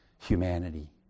humanity